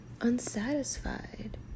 unsatisfied